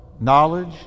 knowledge